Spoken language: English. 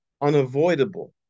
unavoidable